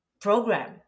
program